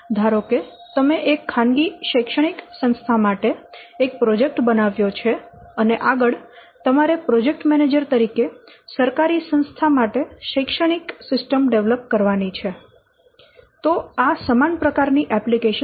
ધારો કે તમે એક ખાનગી શૈક્ષણિક સંસ્થા માટે એક પ્રોજેક્ટ બનાવ્યો છે અને આગળ તમારે પ્રોજેક્ટ મેનેજર તરીકે સરકારી સંસ્થા માટે શૈક્ષણિક સિસ્ટમ ડેવલપ કરવાની છે તો આ સમાન પ્રકારની એપ્લિકેશન છે